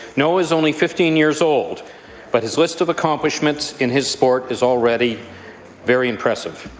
noah is only fifteen years old but his list of accomplishments in his sport is already very impressive.